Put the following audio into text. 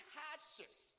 hardships